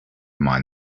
mind